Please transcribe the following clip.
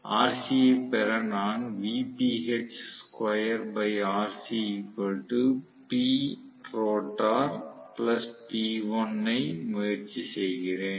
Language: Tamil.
Rc ஐ பெற நான் ஐ முயற்சி செய்கிறேன்